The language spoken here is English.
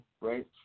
right